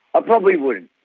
i probably wouldn't.